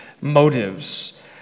motives